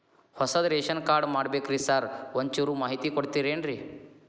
ಹೊಸದ್ ration card ಮಾಡ್ಬೇಕ್ರಿ sir ಒಂಚೂರ್ ಮಾಹಿತಿ ಕೊಡ್ತೇರೆನ್ರಿ?